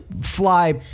fly